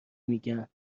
میگن